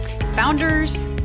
Founders